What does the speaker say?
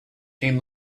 came